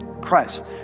Christ